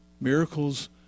Miracles